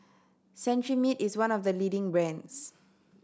Cetrimide is one of the leading brands